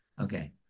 Okay